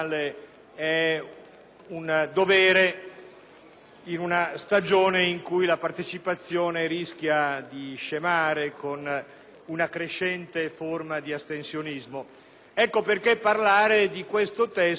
in una stagione in cui la partecipazione rischia di scemare con una crescente forma di astensionismo. Ecco perché parlare di questo testo ha un peso non rituale.